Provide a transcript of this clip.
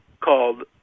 called